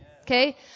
Okay